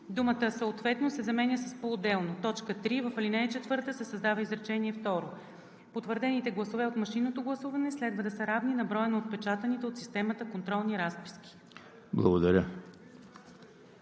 думата „съответно“ се заменя с „поотделно“. 3. В ал. 4 се създава изречение второ: „Потвърдените гласове от машинното гласуване следва да са равни на броя на отпечатаните от системата контролни разписки.“